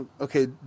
Okay